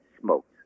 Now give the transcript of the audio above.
smoked